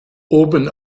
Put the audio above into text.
oben